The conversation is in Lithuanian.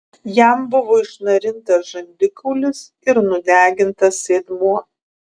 jam buvo išnarintas žandikaulis ir nudegintas sėdmuo